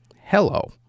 hello